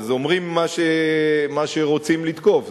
אז אומרים מה שרוצים כדי לתקוף.